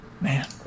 Man